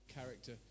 character